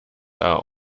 are